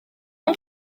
mai